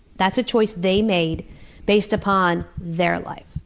that's a choice they made based upon their life.